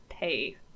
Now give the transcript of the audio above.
pay